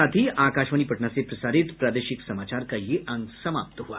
इसके साथ ही आकाशवाणी पटना से प्रसारित प्रादेशिक समाचार का ये अंक समाप्त हुआ